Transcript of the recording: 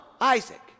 Isaac